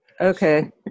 Okay